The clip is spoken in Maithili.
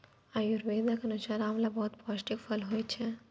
आयुर्वेदक अनुसार आंवला बहुत पौष्टिक फल होइ छै